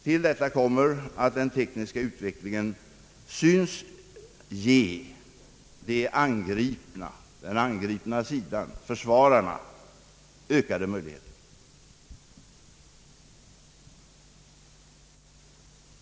Till detta kommer att den tekniska utvecklingen synes ge den angripna sidan — försvararna — ökade möjligheter.